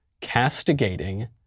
castigating